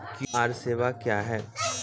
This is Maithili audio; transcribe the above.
क्यू.आर सेवा क्या हैं?